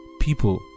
people